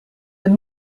this